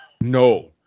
no